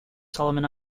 solomon